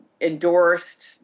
endorsed